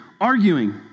Arguing